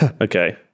okay